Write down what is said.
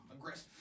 aggressive